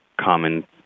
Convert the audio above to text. common